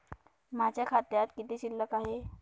माझ्या खात्यात किती शिल्लक आहे?